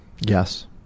Yes